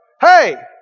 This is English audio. Hey